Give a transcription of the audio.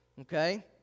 Okay